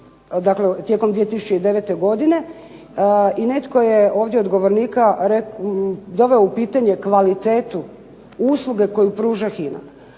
dakle tijekom 2009. godine, i netko je ovdje od govornika doveo u pitanje kvalitetu usluge koju pruža HINA.